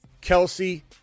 Kelsey